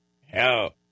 Hell